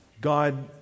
God